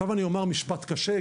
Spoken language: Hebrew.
אומר עכשיו משפט קשה,